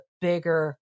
bigger